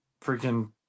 Freaking